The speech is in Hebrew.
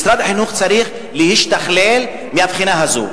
משרד החינוך צריך להשתכלל מהבחינה הזו.